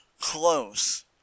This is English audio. close